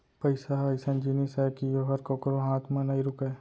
पइसा ह अइसन जिनिस अय कि ओहर कोकरो हाथ म नइ रूकय